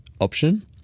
option